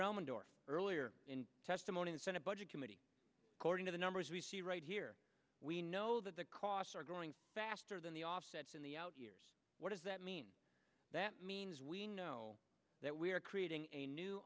elmendorf earlier in testimony in senate budget committee according to the numbers we see right here we know that the costs are growing faster than the offsets in the out years what does that mean that means we know that we are creating a new